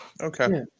Okay